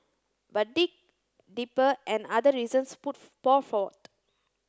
but dig deeper and other reasons put pour forth